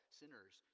sinners